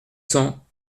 cents